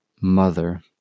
mother